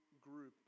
group